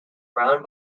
round